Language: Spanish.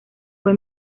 fue